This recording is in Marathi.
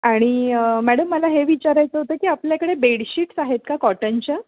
आणि मॅडम मला हे विचारायचं होतं की आपल्याकडे बेडशीट्स आहेत का कॉटनच्या